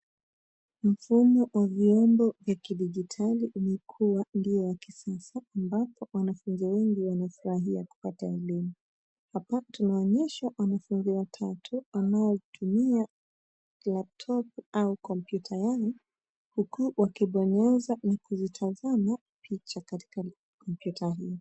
Mfumo wa vyombo vya kidijitali umekuwa ndio ukisusa ambapo wanafunzi wengi wanafurahia kupata elimu, hapa tunaonyeshwa wanafunzi watatu wanaotumia [c]laptop au kompyuta yao, huku wakibonyeza nakuzitazama picha katika kompyuta hii.